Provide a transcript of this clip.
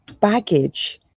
baggage